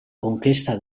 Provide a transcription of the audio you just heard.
conquesta